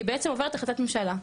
כי בעצם עוברת החלטת ממשלה,